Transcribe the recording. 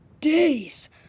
days